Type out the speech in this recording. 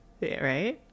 Right